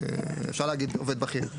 אפשר להגיד "עובד בכיר".